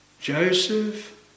Joseph